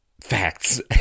facts